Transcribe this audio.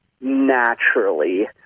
naturally